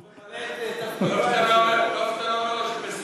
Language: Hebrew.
טוב שאתה לא אומר לו שבסוריה,